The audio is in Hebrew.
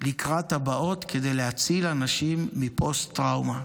לקראת הבאות כדי להציל אנשים מפוסט-טראומה.